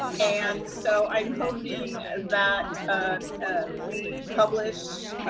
and so i'm hoping that we publish